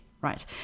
right